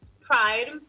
Pride